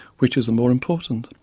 which is the more important,